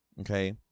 okay